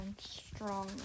Strong